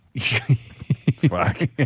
Fuck